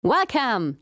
Welcome